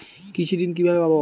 কৃষি ঋন কিভাবে পাব?